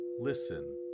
listen